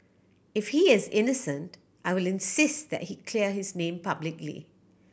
if he is innocent I will insist that he clear his name publicly